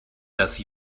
dass